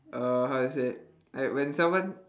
err how to say like when someone